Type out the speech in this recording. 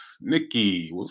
Nikki